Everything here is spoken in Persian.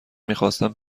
میخواستم